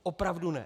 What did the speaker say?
Opravdu ne.